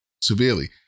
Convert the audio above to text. severely